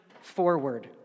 forward